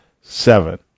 seven